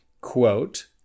quote